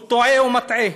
הוא טועה ומטעה.